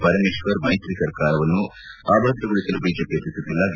ಪರಮೇಶ್ವರ್ ಮೈತ್ರಿ ಸರ್ಕಾರವನ್ನು ಅಭದ್ರಗೊಳಿಸಲು ಬಿಜೆಪಿ ಯತ್ನಿಸುತ್ತಿಲ್ಲ ಬಿ